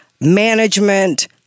management